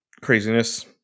craziness